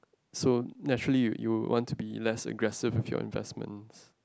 so naturally you you want to be less aggressive with your investments